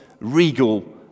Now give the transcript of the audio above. regal